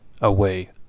away